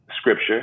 scripture